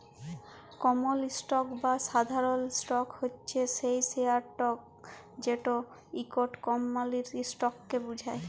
কমল stock বা সাধারল stock হছে সেই শেয়ারট যেট ইকট কমপালির ইসটককে বুঝায়